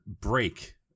break